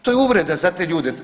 To je uvreda za te ljude.